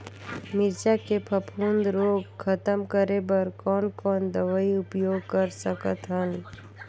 मिरचा के फफूंद रोग खतम करे बर कौन कौन दवई उपयोग कर सकत हन?